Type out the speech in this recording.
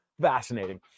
fascinating